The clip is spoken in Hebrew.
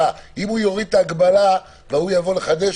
שאם הוא יוריד את ההגבלה וההוא יבוא לחדש,